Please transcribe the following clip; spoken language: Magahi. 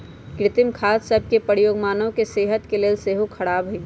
कृत्रिम खाद सभ के प्रयोग मानव के सेहत के लेल सेहो ख़राब हइ